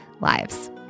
lives